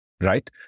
right